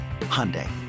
Hyundai